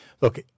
look